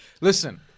listen –